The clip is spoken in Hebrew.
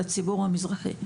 לציבור המזרחי.